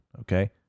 okay